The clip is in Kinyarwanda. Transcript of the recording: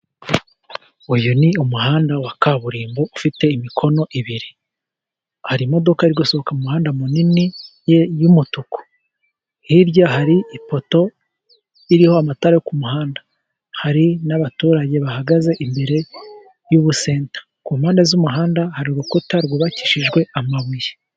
Uyu ni umuhanda wa kaburimbo ufite imikono ibiri, har'imodoka iri gusohoka m'umuhanda munini ye y'umutuku, hirya hari ipoto iriho amatara yo ku muhanda, hari n'abaturage bahagaze imbere y'ubusenta, ku mpande z'umuhanda, har'urukuta rwubakishijwe amabuye.